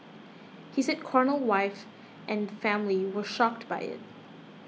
he said Cornell wife and family were shocked by it